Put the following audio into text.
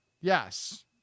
Yes